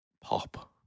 pop